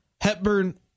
Hepburn